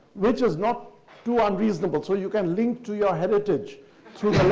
which is not too unreasonable. so you can link to your heritage through